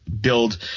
build –